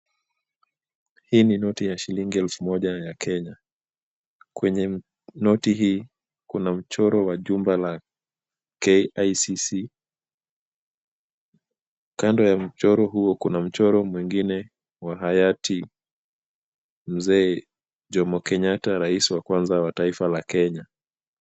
Hii ni noti ya shilingi elfu moja ya Kenya. Kwenye noti hii kuna mchoro wa jumba la KICC. Kando ya mchoro huo kuna mchoro mwingine wa hayati Mzee Jomo Kenyatta rais wa kwanza wa taifa la Kenya.